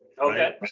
Okay